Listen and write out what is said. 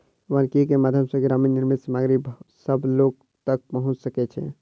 वानिकी के माध्यम सॅ ग्रामीण निर्मित सामग्री सभ लोक तक पहुँच सकै छै